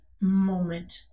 moment